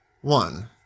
One